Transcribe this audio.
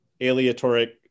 aleatoric